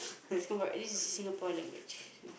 this is Singapore language